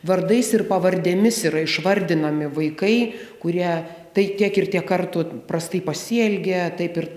vardais ir pavardėmis yra išvardinami vaikai kurie tai tiek ir tiek kartų prastai pasielgė taip ir